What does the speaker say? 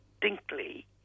distinctly